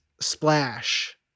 splash